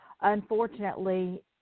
unfortunately